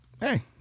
hey